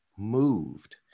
Moved